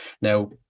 Now